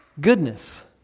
goodness